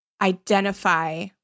identify